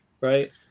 right